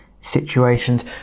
situations